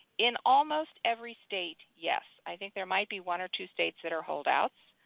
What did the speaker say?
in almost every state, yes. i think there might be one or two states that are holdouts.